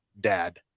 dad